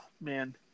Man